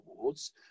awards